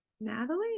natalie